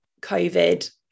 COVID